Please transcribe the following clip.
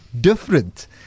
different